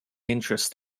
interests